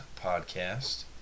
podcast